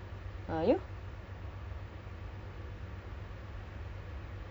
I think ang mo kio still better than my area there ah I stay at ju~ jurong